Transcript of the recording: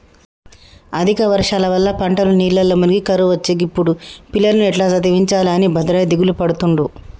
అధిక వర్షాల వల్ల పంటలు నీళ్లల్ల మునిగి కరువొచ్చే గిప్పుడు పిల్లలను ఎట్టా చదివించాలె అని భద్రయ్య దిగులుపడుతుండు